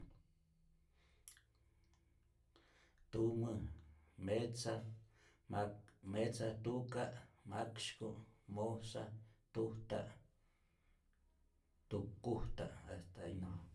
Tumä metza mak metza tuka’ maksyku’ mojsa tujta’ tukujta’ hasta alli no mas